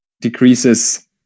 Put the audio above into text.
decreases